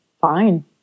fine